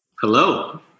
Hello